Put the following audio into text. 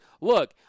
Look